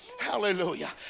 Hallelujah